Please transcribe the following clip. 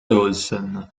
olsen